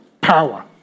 Power